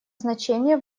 значение